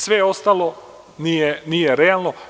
Sve ostalo nije realno.